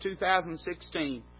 2016